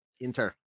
Inter